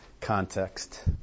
context